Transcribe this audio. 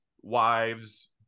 Wives